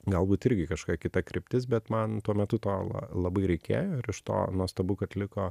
galbūt irgi kažkokia kita kryptis bet man tuo metu to la labai reikėjo ir iš to nuostabu kad liko